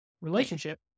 relationship